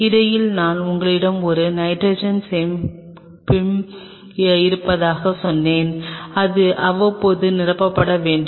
இடையில் நான் உங்களிடம் ஒரு நைட்ரஜன் சேமிப்பிடம் இருப்பதாக சொன்னேன் அது அவ்வப்போது நிரப்பப்பட வேண்டும்